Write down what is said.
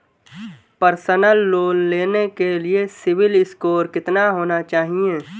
Personal loan लेने के लिए सिबिल स्कोर कितना होना चाहिए?